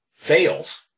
Fails